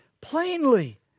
plainly